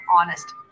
honest